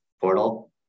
portal